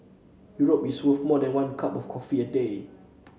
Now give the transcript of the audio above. Europe is worth more than one cup of coffee a day